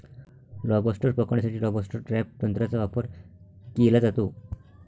lobster पकडण्यासाठी lobster trap तंत्राचा वापर केला जातो